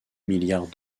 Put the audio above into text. milliards